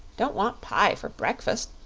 don't want pie for breakfus',